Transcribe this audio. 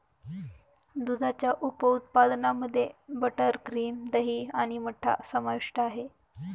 दुधाच्या उप उत्पादनांमध्ये मध्ये बटर, क्रीम, दही आणि मठ्ठा समाविष्ट आहे